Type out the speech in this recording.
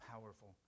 powerful